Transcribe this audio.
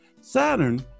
Saturn